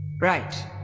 Right